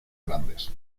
grandes